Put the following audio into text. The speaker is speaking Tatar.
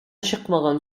чыкмаган